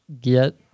get